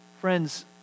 Friends